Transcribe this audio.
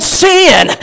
sin